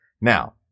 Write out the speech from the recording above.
Now